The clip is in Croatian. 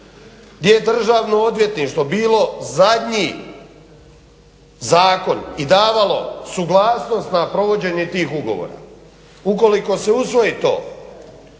gdje je Državno odvjetništvo bilo zadnji zakon i davalo suglasnost na provođenje tih ugovora? Ukoliko se usvoji to